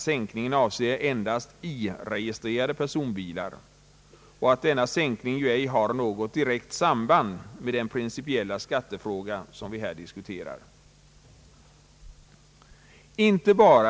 Sänkningen avser dock endast I-registrerade personbilar och har f.ö. inte något direkt samband med den principiella skattefråga vi diskuterar här i dag.